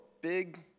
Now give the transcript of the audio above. big